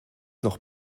noch